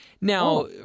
Now